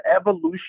evolution